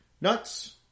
nuts